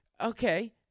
Okay